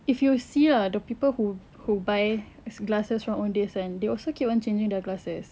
if you see ah the people who who buy glasses from owndays kan they also keep on changing their glasses